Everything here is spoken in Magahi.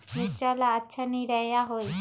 मिर्च ला अच्छा निरैया होई?